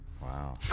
Wow